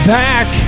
back